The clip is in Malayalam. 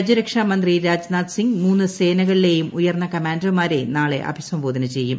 രാജ്യരക്ഷാ മന്ത്രീ രാജ്നാഥ് സിംഗ് മൂന്ന് സേനകളിലെയും ഉയർന്ന കമാൻഡർമാട്ടെരു നൂട്ട്ളെ അഭിസംബോധന ചെയ്യും